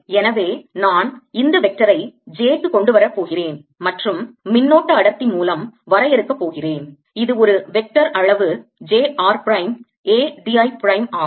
எனவே நான் இந்த வெக்டரை j க்கு கொண்டு வரப் போகிறேன் மற்றும் மின்னோட்ட அடர்த்தி மூலம் வரையறுக்கப் போகிறேன் இது ஒரு வெக்டர் அளவு j r prime a d I prime ஆகும்